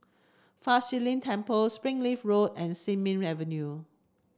Fa Shi Lin Temple Springleaf Road and Sin Ming Avenue